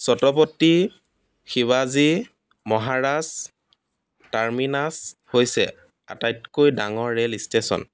ছত্ৰপতি শিৱাজী মহাৰাজ টাৰ্মিনাছ হৈছে আটাইতকৈ ডাঙৰ ৰেল ষ্টেশ্যন